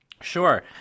Sure